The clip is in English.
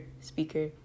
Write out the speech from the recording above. speaker